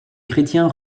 chrétiens